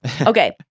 Okay